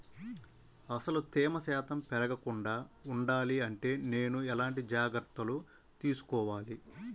అసలు తేమ శాతం పెరగకుండా వుండాలి అంటే నేను ఎలాంటి జాగ్రత్తలు తీసుకోవాలి?